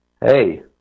Hey